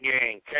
game